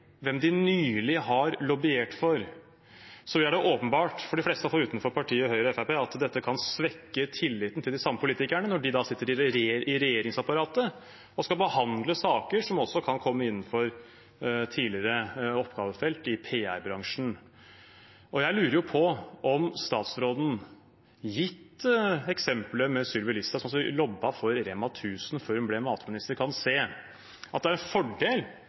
hvem de nylig har lobbet for, er det åpenbart for de fleste, i hvert fall utenfor partiene Høyre og Fremskrittspartiet, at det kan svekke tilliten til de samme politikerne når de sitter i regjeringsapparatet og skal behandle saker som også kan komme innenfor tidligere oppgavefelt i PR-bransjen. Jeg lurer på om statsråden – gitt eksemplet med Sylvi Listhaug som lobbet for Rema 1000 før hun ble matminister – kan se at det er en fordel